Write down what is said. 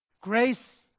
grace